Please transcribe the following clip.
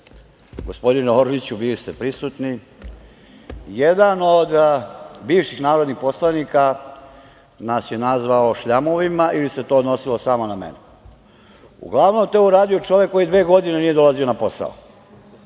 gospodine Orliću bili ste prisutni, jedan od bivših narodnih poslanika nas je nazvao šljamovima ili se to odnosilo samo na mene. Uglavnom je to uradio čovek koji dve godine nije dolazio na posao,